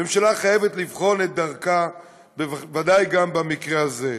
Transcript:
הממשלה חייבת לבחון את דרכה, ודאי גם במקרה הזה.